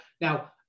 Now